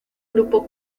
grupo